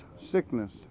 sickness